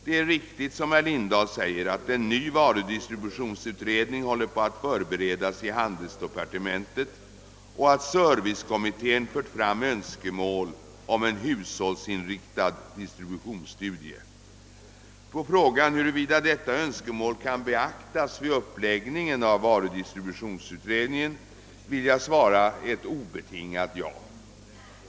"Det är riktigt som herr Lindahl säger, att en ny varudistributionsutredning håller på att förberedas i handelsdepartementet och att servicekommittén fört fram önskemål om en hushållsinriktad distributionsstudie. På frågan, huruvida detta önskemål kan beaktas vid uppläggningen av varudistributionsutredningen, vill jag svara ett obetingat ja.